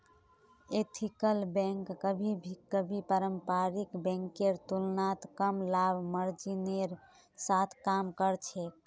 ethical bank कभी कभी पारंपरिक बैंकेर तुलनात कम लाभ मार्जिनेर साथ काम कर छेक